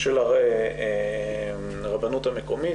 של הרבנות המקומית.